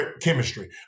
chemistry